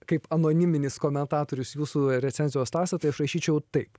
kaip anoniminis komentatorius jūsų recenzijos tąsą tai aš rašyčiau taip